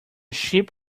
sheep